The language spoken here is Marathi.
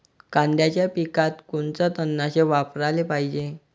कांद्याच्या पिकात कोनचं तननाशक वापराले पायजे?